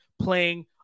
playing